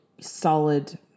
solid